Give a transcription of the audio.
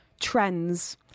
trends